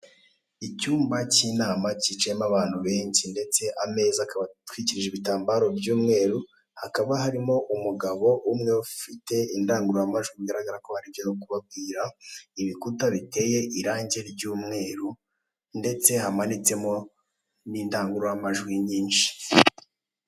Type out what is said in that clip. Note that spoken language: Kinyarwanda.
Icymba cy'inama cyicayemo abantu benshi ndetse ameza akaba atwikiruije ibitambaro by'umweru, hakaba harimo umugabo umwe ufite indangururamajwi, bigaragara ko hari ibyo ari kubabwira, ibikuta biteye irange ry'umweru, ndetse hamanitsemo n'indangururamajwi nyinshi.